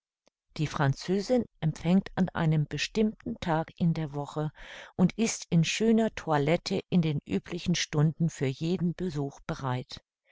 die französin empfängt an einem bestimmten tag in der woche und ist in schöner toilette in den üblichen stunden für jeden besuch bereit